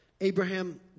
Abraham